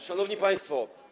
Szanowni Państwo!